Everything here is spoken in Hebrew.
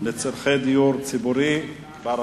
הפקעה לצורכי דיור בר-השגה),